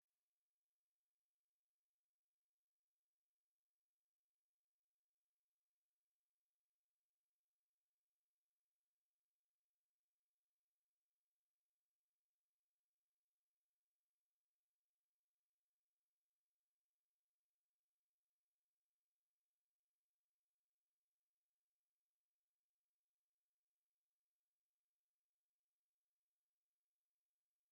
Igihangano cyakozwe mu ibumba gishobora kuba ari igice cy'amasomo y’ubugeni cyangwa imyuga nk’uko bikorwa mu mashuri y’imyuga cyangwa mu bigo by'ubugeni. Iki gihangano kiri mu ishusho isa n'ururabo rufunguye cyangwa agatasi gafunguye. Gifite ishusho yihariye, gisa n'igizwe n’impapuro zizengurutswe imbere, kikaba cyahimbwe n’umunyeshuri cyangwa umuhanzi.